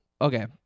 okay